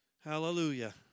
Hallelujah